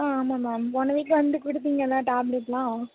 ஆ ஆமாம் மேம் போன வீக் வந்து கொடுத்தீங்கள டேப்லெட்யெலாம்